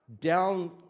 down